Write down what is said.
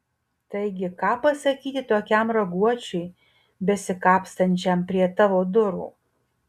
taigi ką pasakyti tokiam raguočiui besikapstančiam prie tavo durų